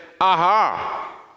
aha